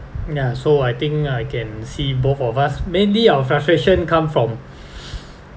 ya so I think I can see both of us mainly our frustration come from